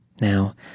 Now